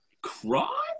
Cry